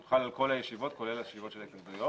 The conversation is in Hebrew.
שחל על כל הישיבות, כולל הישיבות של ההתנגדויות.